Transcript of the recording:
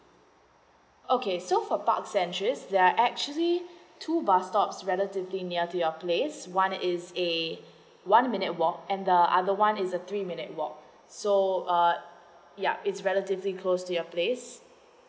okay so for park centuries yeuh actually two bus stops relatively near to your place one is a one minute walk and the other one is a three minute walk so err yup is relatively close to your place